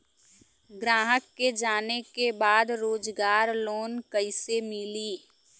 ग्राहक के जाने के बा रोजगार लोन कईसे मिली?